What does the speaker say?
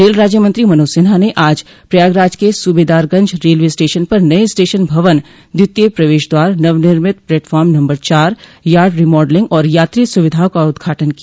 rail राज्यमंत्री मनोज सिन्हा ने आज प्रयागराज के सूबेदारगंज रेलवे स्टेशन पर नये स्टेशन भवन द्वितीय प्रवेश द्वार नव निर्मित प्लेटफार्म नम्बर चार यार्ड रिमॉडलिंग और यात्री सुविधाओं का उद्घाटन किया